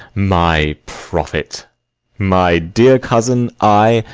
my prophet my dear cousin, i,